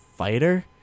fighter